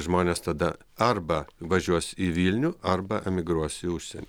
žmonės tada arba važiuos į vilnių arba emigruos į užsienį